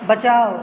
बचाओ